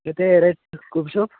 କେତେ ରେଟ୍ କହୁଛ